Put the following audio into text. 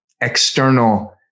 external